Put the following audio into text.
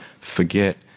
forget